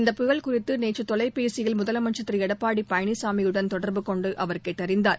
இந்த புயல் குறித்து நேற்று தொலைபேசியில் முதலமைச்ச் திரு எடப்பாடி பழனிச்சாமியுடன் தொடர்பு கொண்டு அவர் கேட்டறிந்தார்